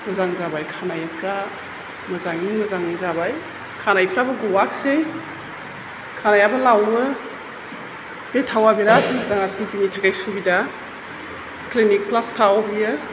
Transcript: मोजां जाबाय खानाइफ्रा मोजाङैनो मोजां जाबाय खानाइफ्राबो गवाखसै खानाइयाबो लावो बे थावा बिराथ मोजां जोंनि थाखाय सुबिदा ख्लिनिक फ्लास थाव बियो